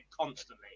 constantly